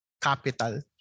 capital